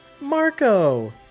Marco